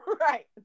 Right